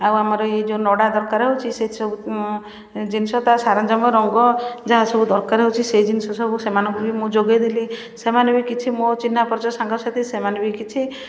ଆଉ ଆମର ଏଇ ଯେଉଁ ନଡ଼ା ଦରକାର ହେଉଛି ସେଇ ସବୁ ମୁଁ ଜିନ୍ସ ତା ସରଞ୍ଜାମ ରଙ୍ଗ ଯାହା ସବୁ ଦରକାର ହେଉଛି ସେଇ ଜିନ୍ସ ସବୁ ସେମାନଙ୍କୁ ବି ମୁଁ ଯୋଗେଇ ଦେଲି ସେମାନେ ବି କିଛି ମୋ ଚିହ୍ନା ପରିଚ ସାଙ୍ଗସାଥୀ ସେମାନେ ବି କିଛି